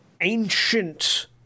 ancient